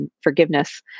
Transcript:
forgiveness